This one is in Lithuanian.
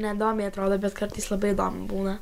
neįdomiai atrodo bet kartais labai įdomu būna